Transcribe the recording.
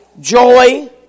joy